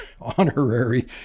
honorary